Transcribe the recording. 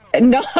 No